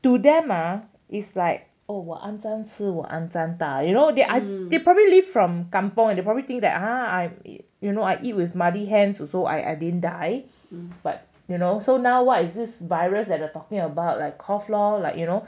to them ah is like oh 我肮脏吃我肮脏大 you know they they probably from kampung and you probably think that I you know I eat with muddy hands also I I didn't die but you know so now what is this virus at a talking about like cough lor like you know